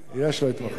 יש לו התמחות מבית.